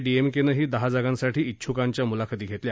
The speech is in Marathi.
डीएमकेनंही दहा जागांसाठी उछ्कांच्या मुलाखती घेतल्या